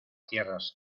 tierras